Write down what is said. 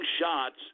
shots